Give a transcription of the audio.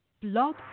Blog